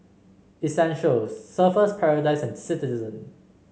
Essential Surfer's Paradise and Citizen